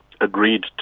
agreed